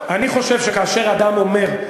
אני משיב לחבר הכנסת מרגלית.